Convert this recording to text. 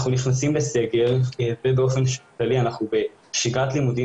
אנחנו נכנסים לסגר ובאופן כללי אנחנו בשגרת לימודים